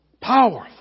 Powerful